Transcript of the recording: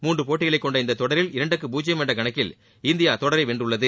மூன்று போட்டிகளை கொண்ட இத்தொடரில் இரண்டுக்கு பூஜ்ஜியம் என்ற கணக்கில் இந்தியா தொடரை வென்றுள்ளது